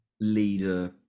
leader